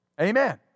Amen